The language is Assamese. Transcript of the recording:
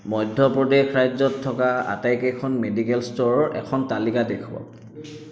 মধ্য প্ৰদেশ ৰাজ্যত থকা আটাইকেইখন মেডিকেল ষ্ট'ৰৰ এখন তালিকা দেখুৱাওক